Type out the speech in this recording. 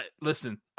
listen